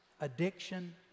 addiction